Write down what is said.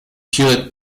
hewlett